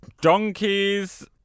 donkeys